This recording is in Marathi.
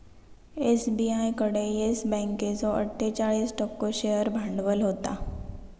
एस.बी.आय कडे येस बँकेचो अट्ठोचाळीस टक्को शेअर भांडवल होता